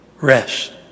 rest